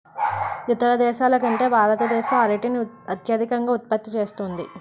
ఇతర దేశాల కంటే భారతదేశం అరటిని అత్యధికంగా ఉత్పత్తి చేస్తుంది